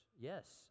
Yes